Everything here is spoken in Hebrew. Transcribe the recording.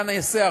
מה נעשה?